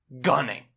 gunning